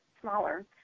smaller